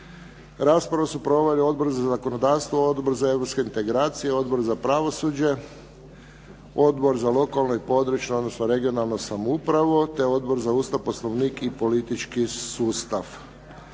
Raspravu su proveli: Odbor za zakonodavstvo, Odbor za europske integracije, Odbor za pravosuđe, Odbor za lokalnu i područnu odnosno regionalnu samoupravu, te Odbor za Ustav, Poslovnik i politički sustav.